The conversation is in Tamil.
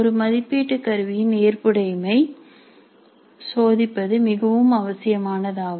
ஒரு மதிப்பீட்டு கருவியின் ஏற்புடைமை சோதிப்பது மிகவும் அவசியமானதாகும்